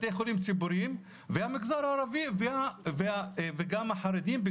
בתי חולים ציבוריים והמגזר הערבי וגם החרדים,